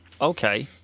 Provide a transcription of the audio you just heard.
Okay